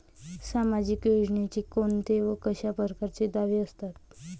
सामाजिक योजनेचे कोंते व कशा परकारचे दावे असतात?